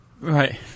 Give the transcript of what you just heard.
Right